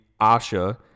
Asha